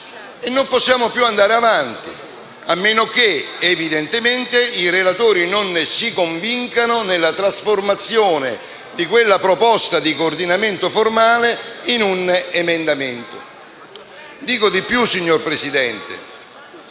non possiamo più andare avanti, a meno che, evidentemente, i relatori non si convincano della trasformazione di quella proposta di coordinamento formale in un emendamento. Dico di più, signor Presidente: